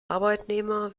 arbeitnehmer